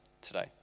today